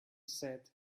said